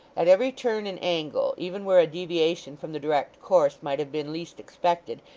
at every turn and angle, even where a deviation from the direct course might have been least expected,